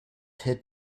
had